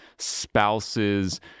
spouses